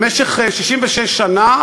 במשך 66 שנה,